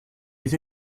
des